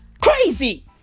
Crazy